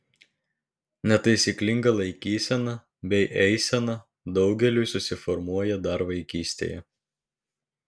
netaisyklinga laikysena bei eisena daugeliui susiformuoja dar vaikystėje